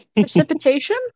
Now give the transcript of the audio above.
Precipitation